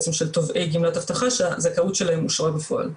תובעי גמלת הבטחת הכנסה שהזכאות שלהם אושרה בפועל.